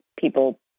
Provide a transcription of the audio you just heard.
people